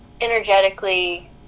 energetically